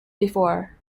before